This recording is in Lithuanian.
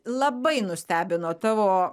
labai nustebino tavo